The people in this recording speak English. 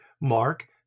Mark